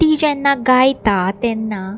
ती जेन्ना गायता तेन्ना